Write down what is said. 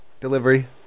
Delivery